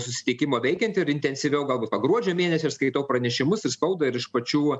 susitikimo veikianti ir intensyviau galbūt va gruodžio mėnesį skaitau pranešimus ir spaudai ir iš pačių